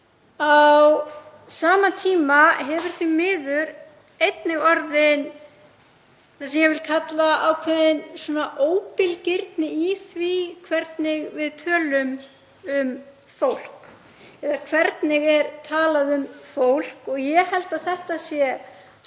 Á sama tíma hefur því miður einnig það vaxið sem ég vil kalla ákveðna óbilgirni í því hvernig við tölum um fólk eða hvernig er talað um fólk. Ég held að þetta sé